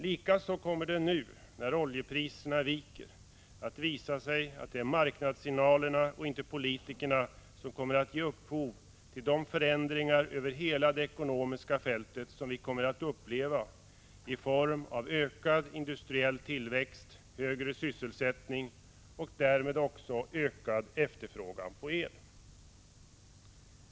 Likaså kommer det nu när oljepriserna viker att visa sig att det är marknadssignalerna och inte politikerna som kommer att ge upphov till de förändringar över hela det ekonomiska fältet som vi kommer att uppleva i form av ökad industriell tillväxt, högre sysselsättning och därmed också ökad efterfrågan på el. Herr talman!